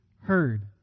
heard